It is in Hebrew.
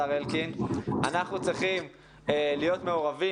השר אלקין - אנחנו צריכים להיות מעורבים,